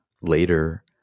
Later